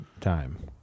time